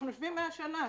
אנחנו יושבים 100 שנה,